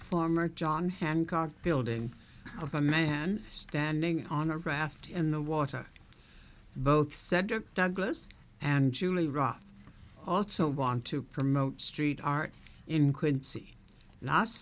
former john hancock building of a man standing on a raft in the water both said douglas and julie rovner also want to promote street art in quincy last